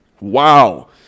Wow